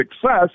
success